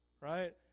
Right